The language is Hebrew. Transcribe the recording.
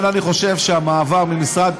לכן אני חושב שהמעבר ממשרד,